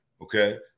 okay